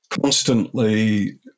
constantly